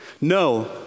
No